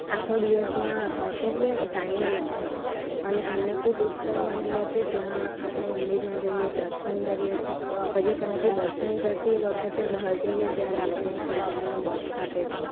આખો દિવસમાં એટલે ટાઈમ જ નથી હોતો અને અન્નકૂટ ઉત્સવના દિવસે ત્યાં આપણે મંદિરમાં જઈએ દર્શન કરીએ છે પછી ત્યાંથી દર્શન કરતી વખતે બહાર જઈએ ત્યારે આપણને એક મીઠાઈનું બોક્સ આપે છે